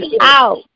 out